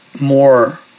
more